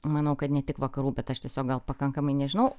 manau kad ne tik vakarų bet aš tiesiog gal pakankamai nežinau